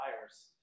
buyers